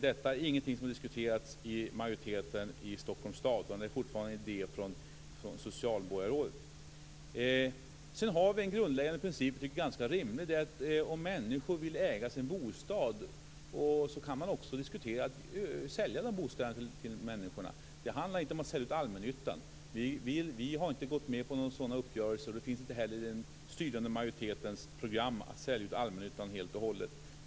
Detta är dock ingenting som har diskuterats i majoriteten i Stockholms stad, utan det är fortfarande idéer från socialborgarrådet. Sedan har vi en grundläggande princip som jag tycker är ganska rimlig, nämligen att om människor vill äga sin bostad kan man också diskutera att sälja dessa bostäder till människorna. Det handlar inte om att sälja ut allmännyttan. Vi har inte gått med på några sådana uppgörelser, och det finns inte heller i den styrande majoritetens program att sälja ut allmännyttan helt och hållet.